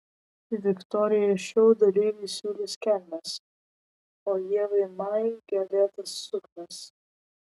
viktorijai šou dalyviai siūlys kelnes o ievai majai gėlėtas suknias